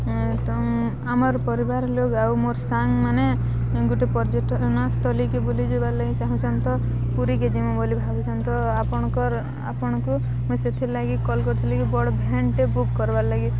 ତ ଆମର ପରିବାର ଲୋକ ଆଉ ମୋର୍ ସାଙ୍ଗମାନେ ଗୋଟେ ପର୍ଯ୍ୟଟନସ୍ଥଲୀକି ବୁଲି ଯିବାର୍ ଲାଗି ଚାହୁଁଛନ୍ତିତ ପୁରୀ କେ ଜିମୁ ବୋଲି ଭାବୁଛନ୍ତିତ ଆପଣଙ୍କର ଆପଣଙ୍କୁ ମୁଇଁ ସେଥିଲାଗି କଲ୍ କରିଥିଲି କି ବଡ଼ ଭ୍ୟାନ୍ଟେ ବୁକ୍ କରିବାର୍ ଲାଗି